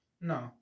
No